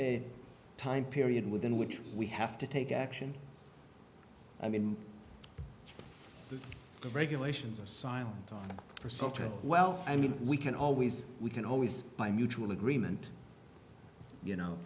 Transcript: a time period within which we have to take action i mean the regulations are silent for such as well i mean we can always we can always by mutual agreement you know